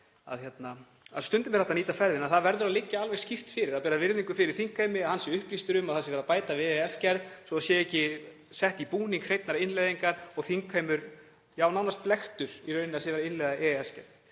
að stundum er hægt að nýta ferðina, en það verður að liggja alveg skýrt fyrir, það þarf að bera virðingu fyrir þingheimi og hann upplýstur um að það sé verið að bæta við EES-gerð svo það sé ekki sett í búning hreinnar innleiðingar og þingheimur, já, nánast blekktur í rauninni, að það sé verið að innleiða EES-gerð.